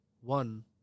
One